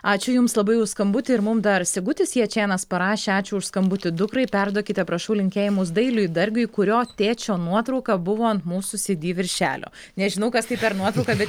ačiū jums labai už skambutį ir mum dar sigutis jačėnas parašė ačiū už skambutį dukrai perduokite prašau linkėjimus dailiui dargiui kurio tėčio nuotrauka buvo ant mūsų cd viršelio nežinau kas tai per nuotrauka bet